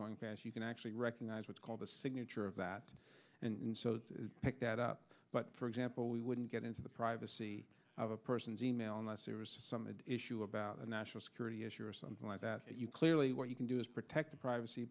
going fast you can actually recognize what's called the signature of that pick that up but for example we wouldn't get into the privacy of a person's e mail unless there was some issue about a national security issue or something like that you clearly what you can do is protect the privacy